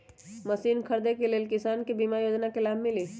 Machine खरीदे ले किसान के बीमा योजना के लाभ मिली?